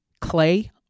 clay